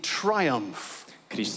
triumph